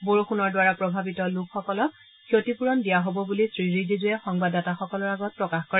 বৰষুণৰ দ্বাৰা প্ৰভাৱিত লোকসকলক ক্ষতিপূৰণ দিয়া হ'ব বুলি শ্ৰীৰিজিজুৱে সংবাদদাতাসকলৰ আগত প্ৰকাশ কৰে